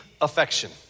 affection